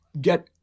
get